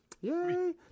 Yay